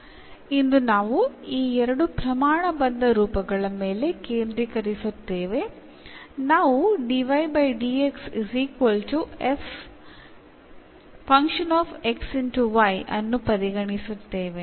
അതിനാൽ ഇന്ന് നമ്മൾ രണ്ട് സ്റ്റാൻഡേർഡ് ഫോമുകളിൽ ആണ് ശ്രദ്ധ കേന്ദ്രീകരിക്കുക അതിലൊന്ന് എന്ന ഫോം നമ്മൾ പരിഗണിക്കും